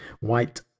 white